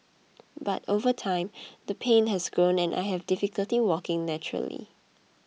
but over time the pain has grown and I have difficulty walking naturally